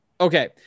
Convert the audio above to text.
Okay